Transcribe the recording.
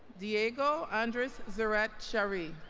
diego andres zarrate charry